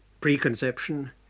preconception